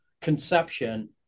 conception